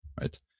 right